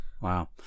wow